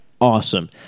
Awesome